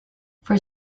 for